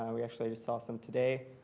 um we actually just saw some today.